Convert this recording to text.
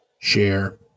share